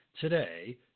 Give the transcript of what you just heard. today